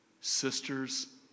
sisters